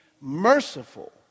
merciful